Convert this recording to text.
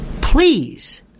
Please